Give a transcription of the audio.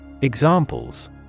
Examples